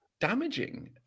damaging